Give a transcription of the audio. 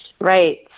Right